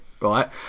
right